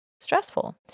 stressful